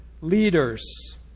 leaders